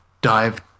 dive